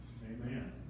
Amen